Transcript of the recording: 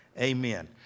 Amen